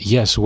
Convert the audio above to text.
Yes